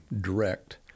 direct